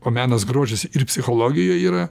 o menas grožis ir psichologija yra